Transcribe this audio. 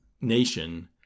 nation